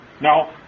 Now